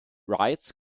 rides